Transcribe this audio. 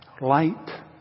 light